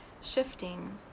shifting